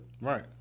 Right